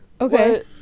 Okay